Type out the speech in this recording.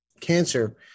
cancer